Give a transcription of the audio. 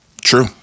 True